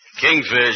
Kingfish